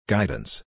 Guidance